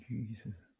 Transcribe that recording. Jesus